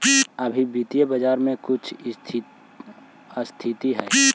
अभी वित्तीय बाजार में कुछ स्थिरता हई